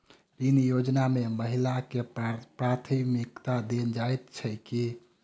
ऋण योजना मे महिलाकेँ प्राथमिकता देल जाइत छैक की?